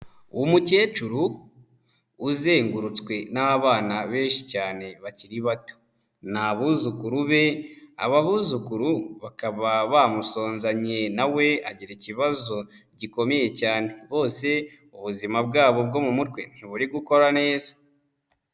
Umukecuru uzengurutswe n'abana benshi cyane bakiri bato, ni abuzukuru be, aba abuzukuru bakaba bamusonzanye na we agira ikibazo gikomeye cyane, bose ubuzima bwabo bwo mu mutwe ntiburi gukora neza.